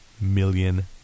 million